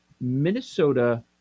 Minnesota